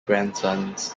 grandsons